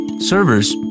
Servers